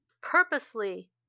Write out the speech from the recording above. purposely